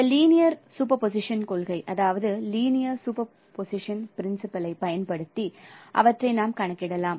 இந்த linear superposition கொள்கையைப் பயன்படுத்தி அவற்றை நாம் கணக்கிடலாம்